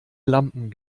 lampen